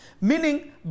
Meaning